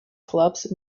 clubs